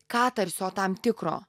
katarsio tam tikro